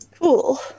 Cool